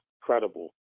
credible